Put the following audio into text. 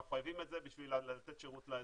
אנחנו חייבים את זה כדי לתת שירות לאזרח'.